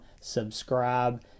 Subscribe